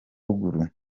ruguru